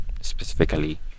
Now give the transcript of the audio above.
specifically